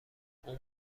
اون